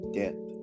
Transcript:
death